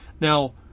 Now